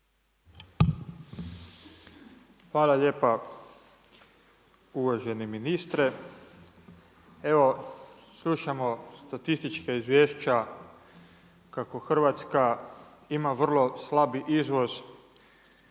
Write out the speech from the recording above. Hvala lijepa. Uvaženi ministre, evo slušamo statistička izvješća kako Hrvatska ima vrlo slabi izvoz